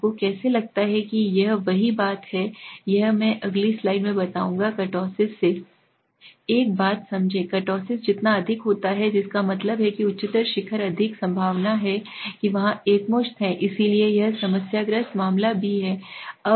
आपको कैसे लगता है यह वही बात है यह मैं अगली स्लाइड में बताऊंगा कुर्तोसिस से एक बात समझें कुर्तोसिस जितना अधिक होता है जिसका मतलब है कि उच्चतर शिखर अधिक संभावना है कि वहाँ एकमुश्त है इसलिए यह समस्याग्रस्त मामला भी है